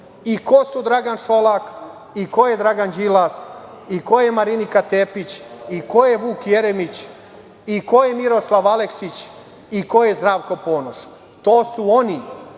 i ko su Dragan Šolak, i ko je Dragan Đilas, i koje Marinika Tepić, i ko je Vuk Jeremić, i ko je Miroslav Aleksić, i ko je Zdravko Ponoš. To su oni